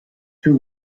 two